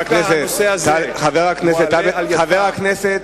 חבר הכנסת